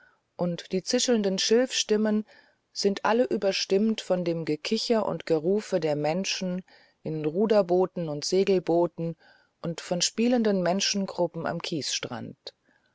und die zischelnden schilfstimmen sind alle überstimmt von dem gekicher und gerufe der menschen in ruderbooten und segelbooten und von spielenden menschengruppen am kiesstrand